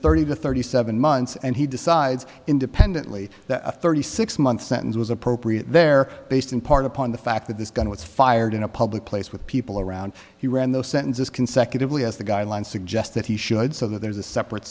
thirty to thirty seven months and he decides independently that thirty six month sentence was appropriate there based in part upon the fact that this gun was fired in a public place with people around he ran those sentences consecutively as the guidelines suggest that he should so that there's a separate